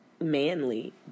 manly